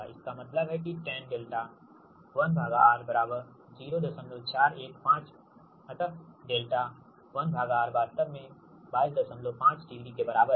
इसका मतलब है कि tan𝛿1R 0415 अतः 𝛿1Rवास्तव में 225 डिग्री के बराबर है